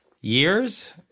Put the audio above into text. years